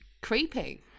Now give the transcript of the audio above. creepy